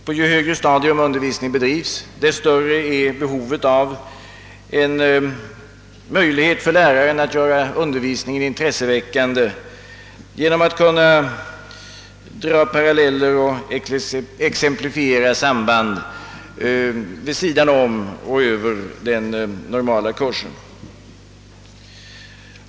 På ju högre stadium undervisning bedrives desto större är behovet av möjlighet för läraren att göra undervisningen intresseväckande genom att kunna dra paralleller och exemplifiera samband vid sidan om och över den normala kursen.